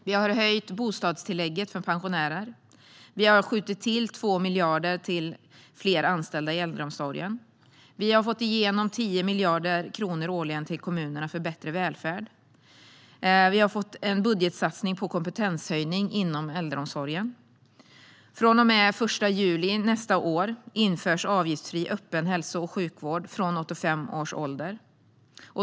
Vi har höjt bostadstillägget för pensionärer. Vi har skjutit till 2 miljarder till fler anställda i äldreomsorgen. Vi har fått igenom 10 miljarder kronor årligen till kommunerna för bättre välfärd. Vi har fått till en budgetsatsning på kompetenshöjning inom äldreomsorgen. Från den 1 juli nästa år införs avgiftsfri öppen hälso och sjukvård från 85 års ålder.